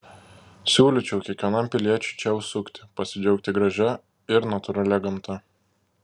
siūlyčiau kiekvienam piliečiui čia užsukti pasidžiaugti gražia ir natūralia gamta